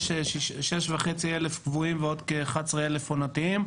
יש 6,500 קבועים ועוד כ-11,000 עונתיים,